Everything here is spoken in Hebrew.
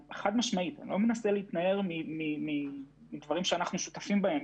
אינני מנסה להתנער מדברים שאנחנו שותפים להם.